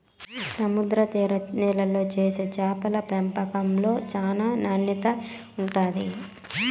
సముద్ర తీర నీళ్ళల్లో చేసే చేపల పెంపకంలో చానా నాణ్యత ఉంటాది